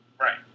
Right